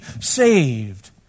saved